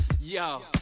Yo